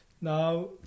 now